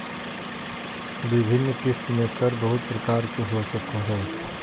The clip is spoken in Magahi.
विभिन्न किस्त में कर बहुत प्रकार के हो सको हइ